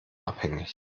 abhängig